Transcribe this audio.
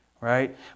right